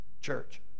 Church